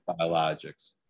biologics